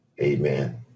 Amen